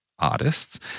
artists